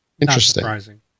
interesting